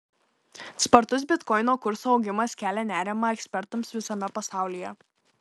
spartus bitkoino kurso augimas kelia nerimą ekspertams visame pasaulyje